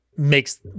makes